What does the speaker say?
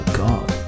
god